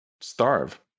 starve